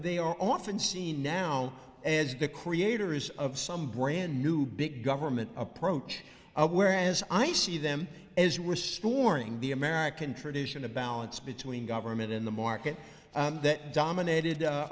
are often seen now as the creators of some brand new big government approach i whereas i see them as restoring the american tradition a balance between government and the market that dominated